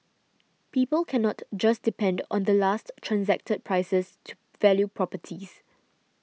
people cannot just depend on the last transacted prices to value properties